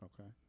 Okay